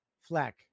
Fleck